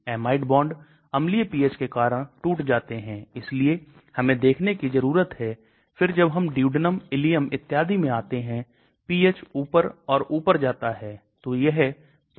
hydrogen bonding और ध्रुवीयता को कम करें इसलिए यदि हमारे पास कोई हाइड्रोजन बॉन्डिंग समूह O H N H है तो उन्हें कम करें